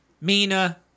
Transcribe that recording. Mina